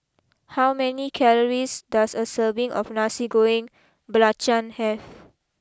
how many calories does a serving of Nasi Goreng Belacan have